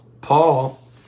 Paul